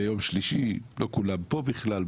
ביום שלישי לא כולם פה בכלל,